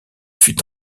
fut